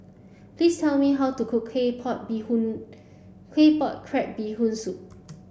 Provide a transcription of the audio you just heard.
please tell me how to cook Claypot Bee Hoon Claypot crab Bee Hoon soup